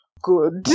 good